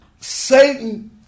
Satan